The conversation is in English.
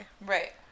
Right